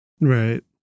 Right